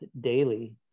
daily